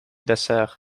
dessert